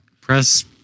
Press